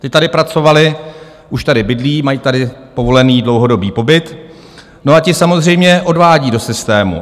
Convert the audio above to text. Ti tady pracovali, už tady bydlí, mají tady povolený dlouhodobý pobyt a ti samozřejmě odvádí do systému.